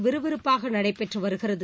விறுவிறுப்பாக நடைபெற்று வருகிறது